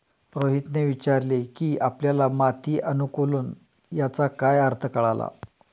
रोहितने विचारले की आपल्याला माती अनुकुलन याचा काय अर्थ कळला?